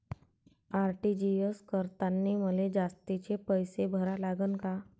RTGS करतांनी मले जास्तीचे पैसे भरा लागन का?